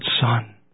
Son